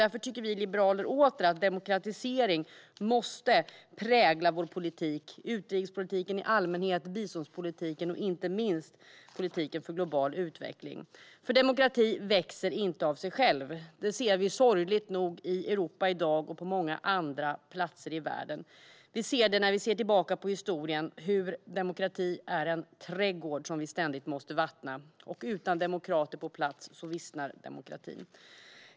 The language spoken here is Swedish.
Därför tycker vi liberaler åter att demokratisering måste prägla vår politik - utrikespolitiken i allmänhet, biståndspolitiken och inte minst politiken för global utveckling. Demokrati växer nämligen inte av sig själv. Det ser vi sorgligt nog i Europa i dag och på många andra platser i världen. När vi ser tillbaka på historien ser vi hur demokrati är en trädgård som vi ständigt måste vattna, och utan demokrater på plats vissnar demokratin.